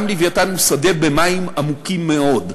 גם "לווייתן" הוא שדה במים עמוקים מאוד.